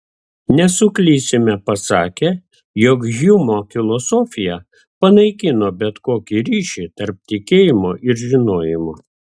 nesuklysime pasakę jog hjumo filosofija panaikino bet kokį ryšį tarp tikėjimo ir žinojimo